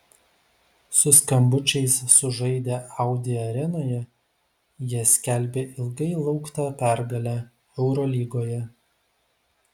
su skambučiais sužaidę audi arenoje jie skelbė ilgai lauktą pergalę eurolygoje